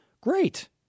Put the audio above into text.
great